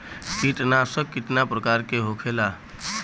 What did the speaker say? कीटनाशक कितना प्रकार के होखेला?